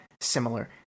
similar